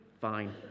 fine